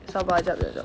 sabar jap jap jap